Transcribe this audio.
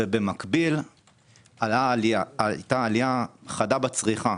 ובמקביל היתה עלייה חדה בצריכה.